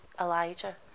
Elijah